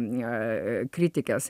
ne kritikės